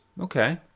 Okay